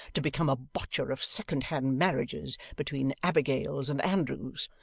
to become a botcher of second-hand marriages between abigails and andrews!